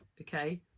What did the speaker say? okay